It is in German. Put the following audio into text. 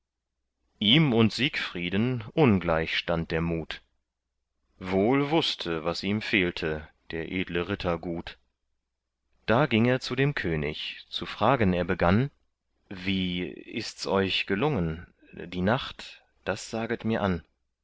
ihm und siegfrieden ungleich stand der mut wohl wußte was ihm fehlte der edle ritter gut da ging er zu dem könig zu fragen er begann wie ists euch gelungen die nacht das saget mir an